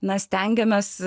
na stengiamės